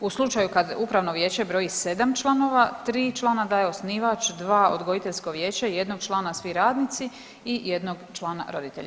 U slučaju kad upravno vijeće broji 7 članova, 3 člana daje osnivač, 2 odgojiteljsko vijeće, jednog člana svi radnici i jednog člana roditelji.